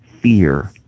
fear